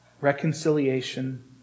reconciliation